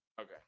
Okay